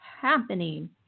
happening